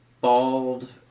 bald